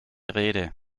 rede